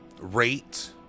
rate